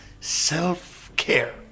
self-care